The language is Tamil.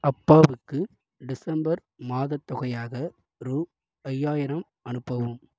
அப்பாவுக்கு டிசம்பர் மாதத் தொகையாக ரூ ஐயாயிரம் அனுப்பவும்